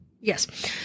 yes